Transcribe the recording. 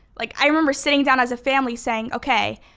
like i remember sitting down as a family saying, okay,